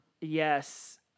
Yes